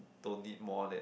don't need more that